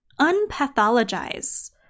unpathologize